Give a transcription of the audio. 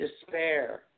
despair